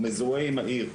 הוא מזוהה עם העיר,